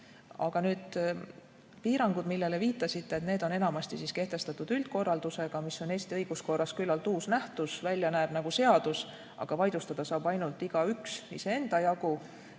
mida teha. Piirangud, millele viitasite, on enamasti kehtestatud üldkorraldusega, mis on Eesti õiguskorras küllalt uus nähtus. Välja näeb nagu seadus, aga vaidlustada saab igaüks ainult iseenda jagu.